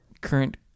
current